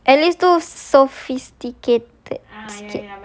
at least do sophisticated sikit